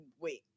Wait